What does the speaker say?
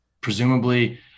presumably